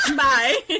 bye